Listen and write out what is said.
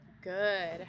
good